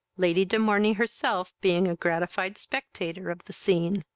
lady de morney herself being a gratified spectator of the scene.